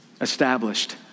established